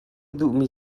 duhmi